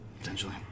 Potentially